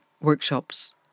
workshops